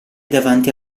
davanti